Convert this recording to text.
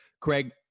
Craig